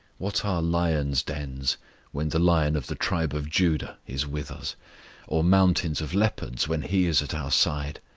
what are lions' dens when the lion of the tribe of judah is with us or mountains of leopards, when he is at our side!